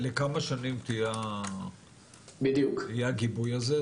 לכמה שנים יהיה הגיבוי הזה?